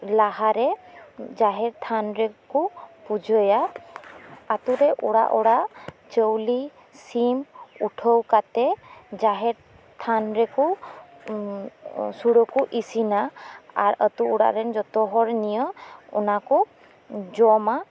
ᱞᱟᱦᱟᱨᱮ ᱡᱟᱦᱮᱨ ᱛᱷᱟᱱ ᱨᱮᱠᱩ ᱯᱩᱡᱟᱹᱭᱟ ᱟᱛᱳ ᱨᱮ ᱚᱲᱟᱜ ᱚᱲᱟᱜ ᱪᱟᱣᱞᱤ ᱥᱤᱢ ᱩᱴᱷᱟᱹᱣ ᱠᱟᱛᱮᱫ ᱡᱟᱦᱮᱨ ᱛᱷᱟᱱ ᱨᱮᱠᱩ ᱥᱩᱲᱟᱹᱠᱩ ᱤᱥᱤᱱᱟ ᱟᱨ ᱟᱛᱳ ᱚᱲᱟᱜ ᱨᱮᱱ ᱡᱚᱛᱚᱦᱚᱲ ᱱᱤᱭᱟᱹ ᱚᱱᱟᱠᱩ ᱡᱚᱢᱟ